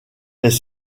les